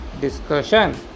discussion